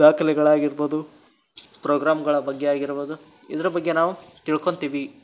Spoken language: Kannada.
ದಾಖಲೆಗಳ್ ಆಗಿರ್ಬೋದು ಪ್ರೋಗ್ರಾಮ್ಗಳ ಬಗ್ಗೆ ಆಗಿರ್ಬೋದು ಇದರ ಬಗ್ಗೆ ನಾವು ತಿಳ್ಕೊತೀವಿ